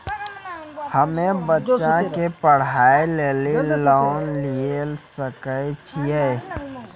हम्मे बच्चा के पढ़ाई लेली लोन लिये सकय छियै?